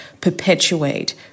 perpetuate